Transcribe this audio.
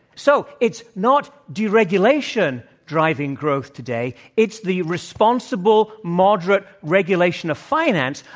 so, it's not deregulation driving growth today, it's the responsible moderate regulation of finance,